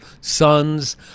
sons